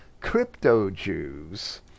Crypto-Jews